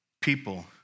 people